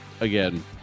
Again